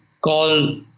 call